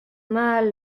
mal